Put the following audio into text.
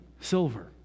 silver